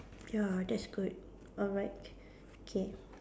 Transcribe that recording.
ya that's good alright K